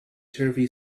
turvy